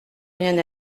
rien